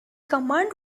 command